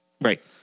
Right